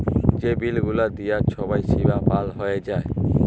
যে বিল গুলা দিয়ার ছময় সীমা পার হঁয়ে যায়